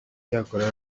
cyakora